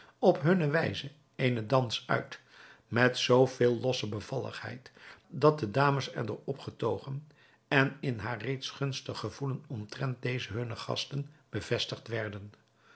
op hunne wijze eenen dans uit met zoo veel losse bevalligheid dat de dames er door opgetogen en in haar reeds gunstig gevoelen omtrent deze hunne gasten bevestigd werden